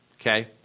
Okay